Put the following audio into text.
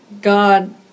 God